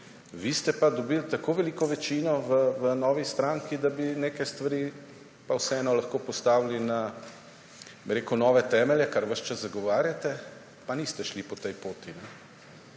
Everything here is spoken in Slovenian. Vi ste pa dobili tako veliko večino v novi stranki, da bi neke stvari pa vseeno lahko postavili na nove temelje, kar ves čas zagovarjate, pa niste šli po tej poti.